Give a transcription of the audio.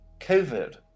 COVID